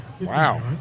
Wow